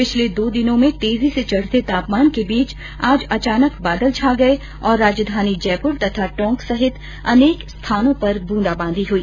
पिछले दो दिनों में तेजी से चढ़ते तापमान के बीच आज अचानक बादल छा गए और राजधानी जयपुर तथा टोंक सहित अनेक स्थानों पर बूंदाबांदी हुई